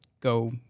go